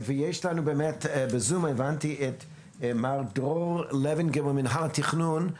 יש לנו בזום את מר דרור לוינגר ממינהל התכנון.